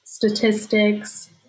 statistics